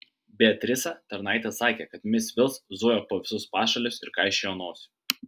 beatrisa tarnaitė sakė kad mis vils zujo po visus pašalius ir kaišiojo nosį